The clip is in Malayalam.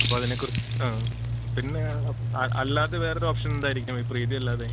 അപ്പോഴതിനെക്കുറിച്ചിട്ടാണ് പിന്നേ അല്ലാതെ വേറൊരോപ്ഷനെന്തായിരിക്കും ഈ പ്രീതിയല്ലാതെ